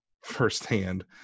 firsthand